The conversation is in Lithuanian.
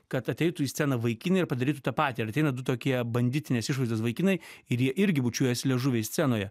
kad ateitų į sceną vaikinai ir padarytų tą patį ir ateina du tokie banditinės išvaizdos vaikinai ir jie irgi bučiuojasi liežuviais scenoje